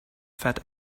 fat